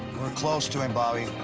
we're close to him, bobby.